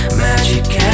magic